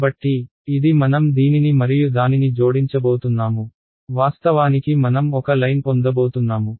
కాబట్టి ఇది మనం దీనిని మరియు దానిని జోడించబోతున్నాము వాస్తవానికి మనం ఒక లైన్ పొందబోతున్నాము